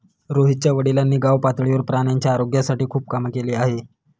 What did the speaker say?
रोहितच्या वडिलांनी गावपातळीवर प्राण्यांच्या आरोग्यासाठी खूप काम केले आहे